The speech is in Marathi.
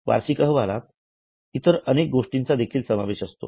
वार्षिक अहवालात इतर अनेक गोष्टींचा देखील समावेश असतो